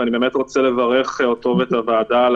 ואני באמת רוצה לברך אותו ואת הוועדה על